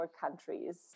countries